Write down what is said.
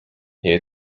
jej